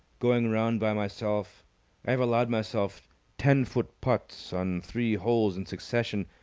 going round by myself, i have allowed myself ten-foot putts on three holes in succession,